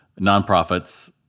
nonprofits